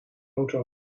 auto